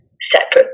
separate